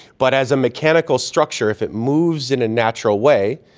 but as a mechanical structure, if it moves in a natural way,